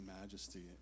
majesty